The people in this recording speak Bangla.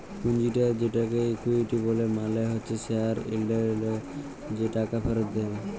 পুঁজিটা যেটাকে ইকুইটি ব্যলে মালে হচ্যে শেয়ার হোল্ডাররা যে টাকা ফেরত দেয়